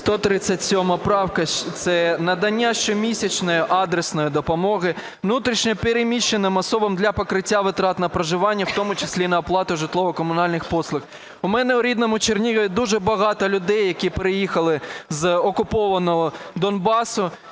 137 правка – це надання щомісячної адресної допомоги внутрішньо переміщеним особам для покриття витрат на проживання в тому числі на оплату житлово-комунальних послуг. У мене в рідному Чернігові дуже багато людей, які переїхали з окупованого Донбасу